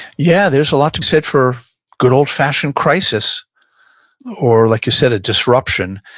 yeah, there's a lot to be said for good old fashioned crisis or like you said, a disruption.